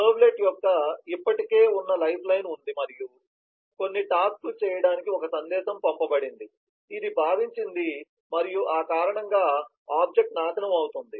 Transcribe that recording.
servlet యొక్క ఇప్పటికే ఉన్న లైఫ్ లైన్ ఉంది మరియు కొన్ని టాస్క్ లు చేయడానికి ఒక సందేశం పంపబడింది ఇది భావించింది మరియు ఆ కారణంగా ఆబ్జెక్ట్ నాశనం అవుతుంది